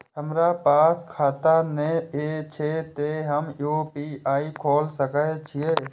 हमरा पास खाता ने छे ते हम यू.पी.आई खोल सके छिए?